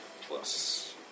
Plus